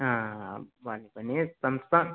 ಹಾಂ ಬನ್ನಿ ಬನ್ನಿ ಸಂಸಂಗ್